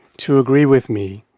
to agree with me,